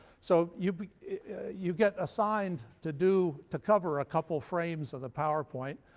so you you get assigned to do, to cover a couple frames of the powerpoint.